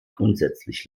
grundsätzlich